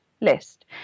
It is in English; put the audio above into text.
list